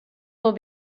will